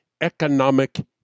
economic